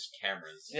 cameras